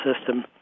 system